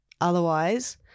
Otherwise